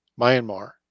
Myanmar